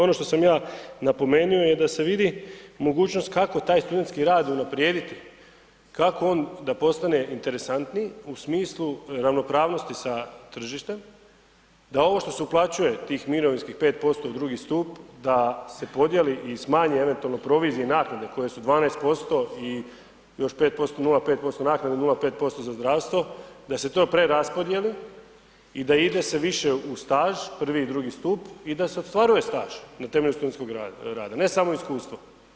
Ono što sam ja napomenuo i da se vidi mogućnost kako taj studentski rad unaprijediti, kako da on postane interesantniji u smislu ravnopravnosti s tržištem, da ovo što se uplaćuje tih mirovinskih 5% u drugi stup da se podijeli i smanji eventualno provizije i naknade koje su 12% i još 0,5% naknade i 0,5% za zdravstvo da se to preraspodijeli i da ide se više u staž prvi i drugi stup i da se ostvaruje staž na temelju studentskog rada, ne samo iskustvo.